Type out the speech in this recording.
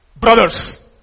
Brothers